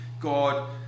God